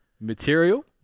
material